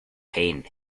pain